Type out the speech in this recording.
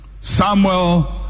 Samuel